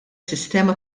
sistema